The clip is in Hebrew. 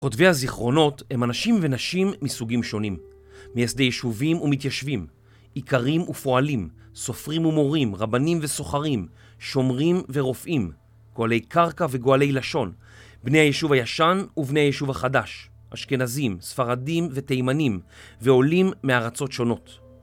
כותבי הזיכרונות הם אנשים ונשים מסוגים שונים: מייסדי יישובים ומתיישבים, איכרים ופועלים, סופרים ומורים, רבנים וסוחרים, שומרים ורופאים, גואלי קרקע וגואלי לשון, בני היישוב הישן ובני היישוב החדש, אשכנזים, ספרדים ותימנים ועולים מארצות שונות.